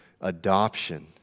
adoption